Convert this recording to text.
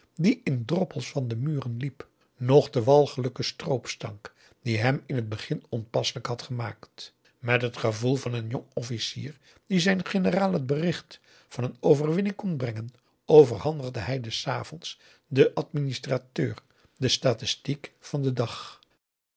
die in droppels van de muren liep noch den walgelijken stroopstank die hem in het begin onpasselijk had gemaakt met het gevoel van een jong officier die zijn generaal het bericht van een overwinning komt brengen overhandigde hij des avonds den administrateur de statistiek van den dag